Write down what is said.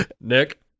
Nick